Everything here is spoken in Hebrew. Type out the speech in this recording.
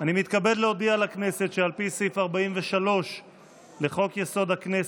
אני מתכבד להודיע לכנסת שעל פי סעיף 43 לחוק-יסוד: הכנסת,